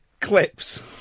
clips